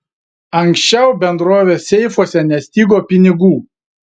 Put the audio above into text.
anksčiau bendrovės seifuose nestigo pinigų